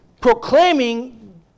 proclaiming